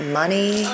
money